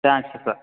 thanks sir